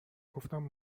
گفتم